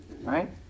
right